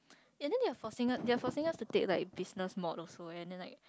and then they are forcing us they are forcing us to take like business mode also leh and then like